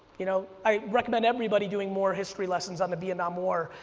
you know, i recommend everybody doing more history lessons on the vietnam war,